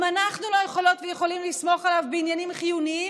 אם אנחנו לא יכולות ויכולים לסמוך עליו בעניינים חיוניים,